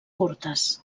curtes